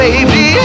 Baby